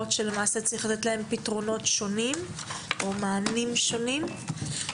שלמעשה צריך לתת להן פתרונות שונים או מענים שונים.